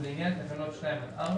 ולעניין תקנות 2 עד 4